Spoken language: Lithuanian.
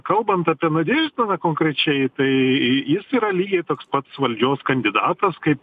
kalbant apie nadeždiną konkrečiai tai jis yra lygiai toks pats valdžios kandidatas kaip